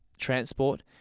transport